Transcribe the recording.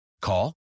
Call